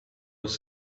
was